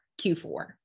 Q4